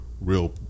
real